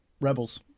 Rebels